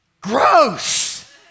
Gross